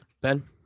Ben